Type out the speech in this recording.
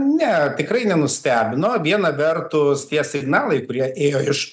ne tikrai nenustebino viena vertus tie signalai kurie ėjo iš